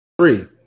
Three